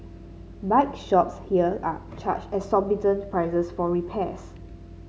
bike shops here are charge exorbitant prices for repairs